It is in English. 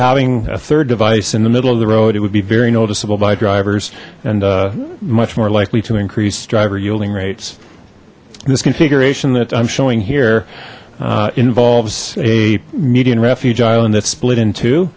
having a third device in the middle of the road it would be very noticeable by drivers and much more likely to increase driver yielding rates this configuration that i'm showing here involves a median refuge island that's split in